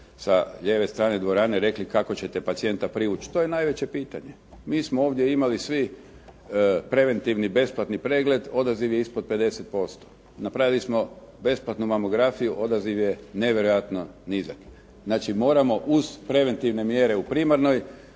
sa lijeve strane dvorane rekli kako ćete pacijenta privući, to je najveće pitanje. Mi smo ovdje imali svi preventivni besplatni pregled, odaziv je ispod 50%. Napravili smo besplatnu mamografiju, odaziv je nevjerojatno nizak. Znači moramo uz preventivne mjere u primarnoj,